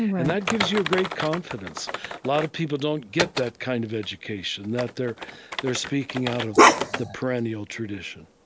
and that gives you a great confidence. a lot of people don't get that kind of education that they're they're speaking out of the perennial tradition